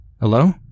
Hello